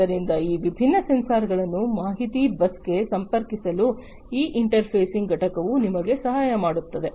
ಆದ್ದರಿಂದ ಈ ವಿಭಿನ್ನ ಸೆನ್ಸಾರ್ಗಳನ್ನು ಮಾಹಿತಿ ಬಸ್ಗೆ ಸಂಪರ್ಕಿಸಲು ಈ ಇಂಟರ್ಫೇಸಿಂಗ್ ಘಟಕವು ನಿಮಗೆ ಸಹಾಯ ಮಾಡುತ್ತದೆ